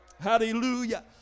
Hallelujah